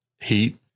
Heat